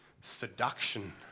seduction